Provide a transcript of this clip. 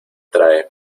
trae